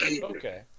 Okay